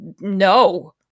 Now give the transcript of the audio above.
no